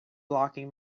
blocking